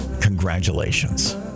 Congratulations